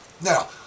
Now